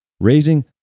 raising